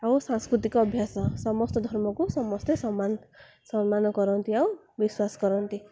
ଆଉ ସାଂସ୍କୃତିକ ଅଭ୍ୟାସ ସମସ୍ତ ଧର୍ମକୁ ସମସ୍ତେ ସମ୍ମାନ ସମ୍ମାନ କରନ୍ତି ଆଉ ବିଶ୍ଵାସ କରନ୍ତି